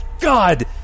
God